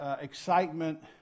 excitement